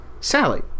Sally